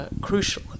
Crucial